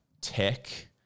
tech